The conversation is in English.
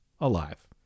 alive